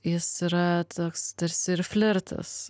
jis yra toks tarsi ir flirtas